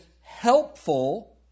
helpful